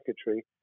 secretary